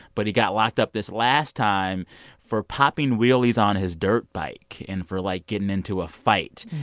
but he got locked up this last time for popping wheelies on his dirt bike and for, like, getting into a fight.